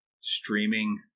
streaming